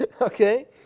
Okay